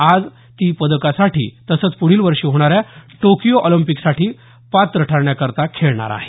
आज ती पदकासाठी तसंच प्रढील वर्षी होणाऱ्या टोकियो ऑलिंपिकसाठी पात्र ठरण्याकरता खेळणार आहे